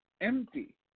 empty